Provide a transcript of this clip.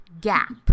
gap